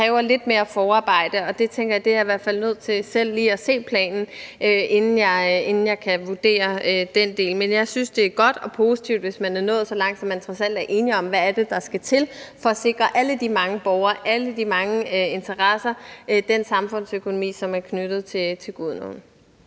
som kræver lidt mere forarbejde, og jeg tænker, at jeg i hvert fald er nødt til selv lige at se planen, inden jeg kan vurdere den del. Men jeg synes, det er godt og positivt, hvis man er nået så langt, at man trods alt er enige om, hvad det er, der skal til, for at sikre alle de mange borgere, alle de mange interesser og den samfundsøkonomi, som er knyttet til Gudenåen.